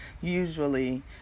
usually